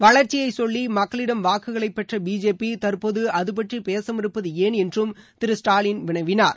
வளர்ச்சியைச் சொல்லிமக்களிடம் வாக்குகளைப் பெற்றபிஜேபிதற்போதுஅதுபற்றிபேசமறுப்பதுஏன் என்றும் திரு ஸ்டாலின் வினவினார்